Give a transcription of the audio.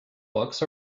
books